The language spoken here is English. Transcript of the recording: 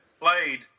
played